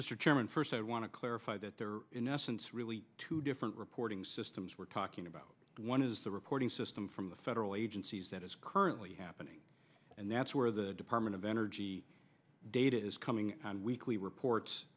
chairman first i want to clarify that there are in essence really two different reporting systems we're talking about one is the reporting system from the federal agencies that is currently happening and that's where the department of energy data is coming on weekly reports